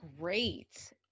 great